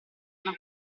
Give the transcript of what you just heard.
una